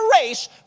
race